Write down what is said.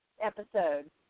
episode